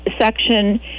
section